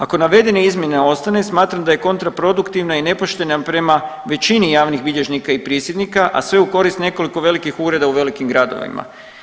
Ako navedene izmjene ostane smatram da je kontraproduktivno i nepošteno prema većini javnih bilježnika i prisjednika, a sve u korist nekoliko velikih ureda u velikim gradovima.